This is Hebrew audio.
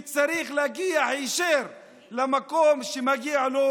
וצריך להגיע היישר למקום שמגיע לו,